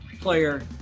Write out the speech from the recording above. player